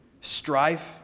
Strife